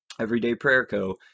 EverydayPrayerCo